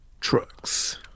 trucks